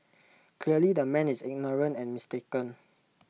clearly the man is ignorant and mistaken